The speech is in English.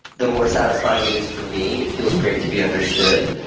the more satisfying it is for me. it feels great to be understood.